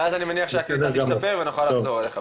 ואז אני מניח שהקליטה תשתפר ונוכל לחזור אליך.